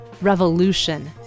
revolution